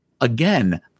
Again